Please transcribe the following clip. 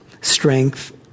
strength